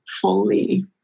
fully